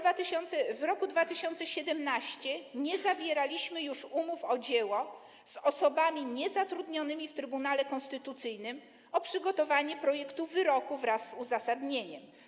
W roku 2017 nie zawieraliśmy już umów o dzieło z osobami niezatrudnionymi w Trybunale Konstytucyjnym - o przygotowanie projektu wyroku wraz z uzasadnieniem.